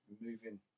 Moving